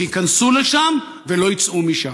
שייכנסו לשם ולא יצאו משם.